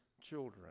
children